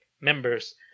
Members